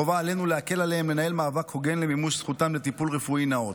חובה עלינו להקל עליהם לנהל מאבק הוגן למימוש זכותם לטיפול רפואי נאות.